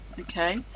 Okay